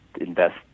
invest